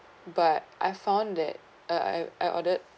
but I found that I I ordered